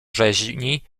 rzeźni